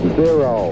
zero